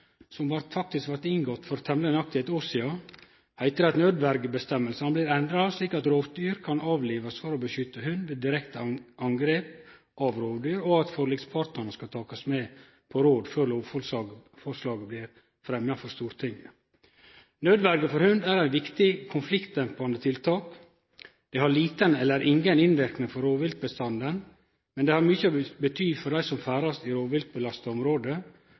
som blei inngått for temmeleg nøyaktig eit år sidan, heiter det at nødverjeføresegnene blir endra slik at rovdyr kan avlivast for å beskytte hund ved direkte angrep av rovdyr, og at forlikspartane skal takast med på råd før lovforslaget blir fremja for Stortinget. Nødverje for hund er eit viktig konfliktdempande tiltak. Det har liten eller ingen innverknad på rovviltbestanden, men det har mykje å seie for dei som ferdast i rovviltbelasta område, og nødverjeføresegnene har vore greidde ut sidan det